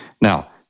Now